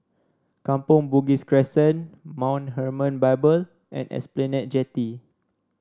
Kampong Bugis Crescent Mount Hermon Bible and Esplanade Jetty